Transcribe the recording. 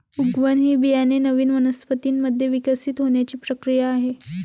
उगवण ही बियाणे नवीन वनस्पतीं मध्ये विकसित होण्याची प्रक्रिया आहे